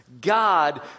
God